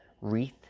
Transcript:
wreath